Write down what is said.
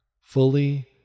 fully